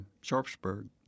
Sharpsburg